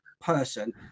person